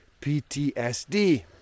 PTSD